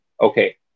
okay